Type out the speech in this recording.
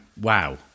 Wow